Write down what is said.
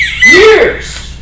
Years